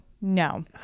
No